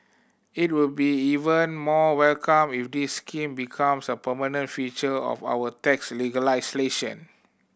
it will be even more welcomed if this scheme becomes a permanent feature of our tax legislation